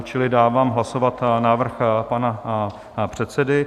Čili dávám hlasovat návrh pana předsedy.